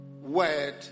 word